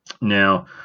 now